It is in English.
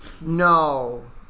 No